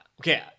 okay